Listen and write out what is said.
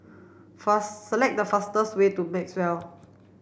fast select the fastest way to Maxwell